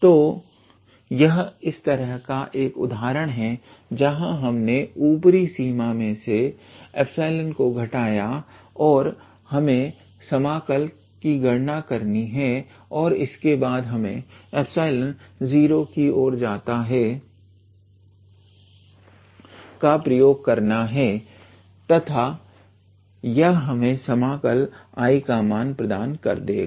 तो यह इस तरह का एक उदाहरण है जहां पर हमने ऊपरी सीमा मे से एप्सलोन को घटाया और हमें केवल समाकल की गणना करनी है और इसके बाद हमें एप्सलोन 0 की ओर जाता है का प्रयोग करना है तथा यह हमें समाकल I का मान प्रदान कर देगा